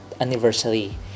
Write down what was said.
anniversary